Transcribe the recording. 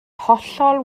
hollol